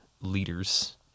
leaders